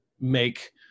make